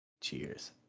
Cheers